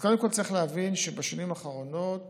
קודם כול, צריך להבין שבשנים האחרונות